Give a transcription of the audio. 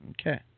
Okay